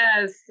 yes